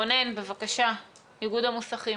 רונן, בבקשה, איגוד המוסכים.